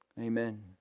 Amen